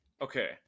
okay